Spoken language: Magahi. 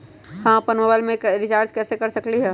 हम अपन मोबाइल में रिचार्ज कैसे कर सकली ह?